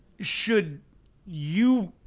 should you